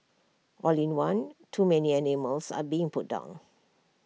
all in one too many animals are being put down